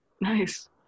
nice